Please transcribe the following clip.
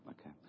Okay